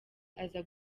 aza